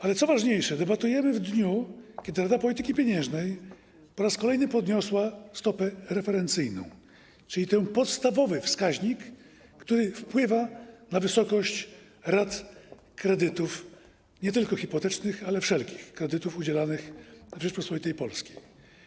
Co jednak ważniejsze, debatujemy w dniu, kiedy Rada Polityki Pieniężnej po raz kolejny podniosła stopę referencyjną, czyli ten podstawowy wskaźnik, który wpływa na wysokość rat kredytów: nie tylko hipotecznych, ale wszelkich kredytów udzielanych w Rzeczypospolitej Polskiej.